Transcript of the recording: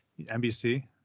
NBC